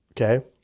Okay